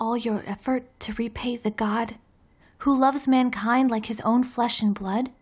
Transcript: all your effort to repay the god who loves mankind like his own flesh and blood